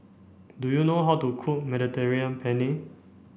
do you know how to cook Mediterranean Penne